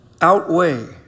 outweigh